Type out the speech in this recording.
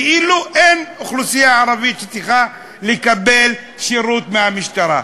כאילו אין אוכלוסייה ערבית שצריכה לקבל שירות מהמשטרה.